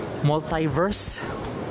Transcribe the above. Multiverse